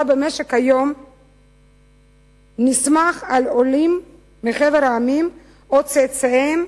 במשק כיום נסמך על עולים מחבר המדינות או על צאצאיהם,